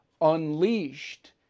unleashed